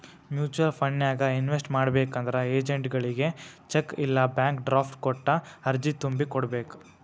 mutual ಫಂಡನ್ಯಾಗ invest ಮಾಡ್ಬೇಕಂದ್ರ ಏಜೆಂಟ್ಗಳಗಿ ಚೆಕ್ ಇಲ್ಲಾ ಬ್ಯಾಂಕ್ ಡ್ರಾಫ್ಟ್ ಕೊಟ್ಟ ಅರ್ಜಿ ತುಂಬಿ ಕೋಡ್ಬೇಕ್